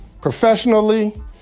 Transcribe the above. professionally